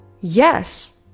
Yes